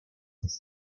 des